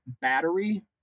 battery